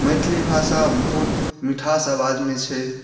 मैथिली भाषा बहुत मिठास आवाज मे छै